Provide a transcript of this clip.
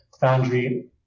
Foundry